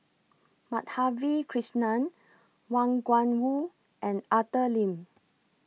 Madhavi Krishnan Wang Gungwu and Arthur Lim